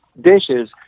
dishes